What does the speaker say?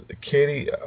Katie